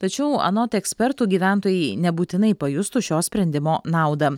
tačiau anot ekspertų gyventojai nebūtinai pajustų šio sprendimo naudą